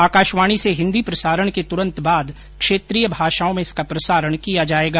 आकाशवाणी से हिंदी प्रसारण के तुरन्त बाद क्षेत्रीय भाषाओं में इसका प्रसारण किया जायेगा